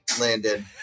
landed